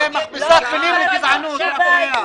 זו מכבסת מילים וגזענות מאחוריה.